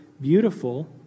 beautiful